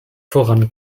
voran